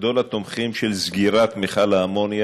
גדול התומכים של סגירת מכל האמוניה.